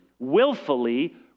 willfully